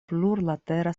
plurlatera